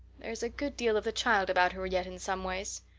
there's a good deal of the child about her yet in some ways.